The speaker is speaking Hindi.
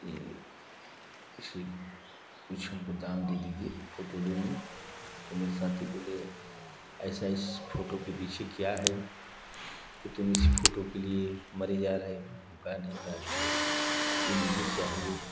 यह शी कुछ हमको दान दे दीजिए फोटो ले लूँ तो मेरे साथी बोले ऐसा इस फोटो के पीछे क्या है कि तुम इस फोटो के लिए मरे जा रहे हो हम कहें नहीं यार भैया यह मुझे चाहिए